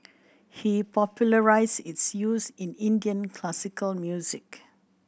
he popularised its use in Indian classical music